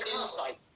insight